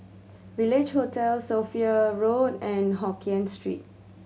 Village Hotel Sophia Road and Hokkien Street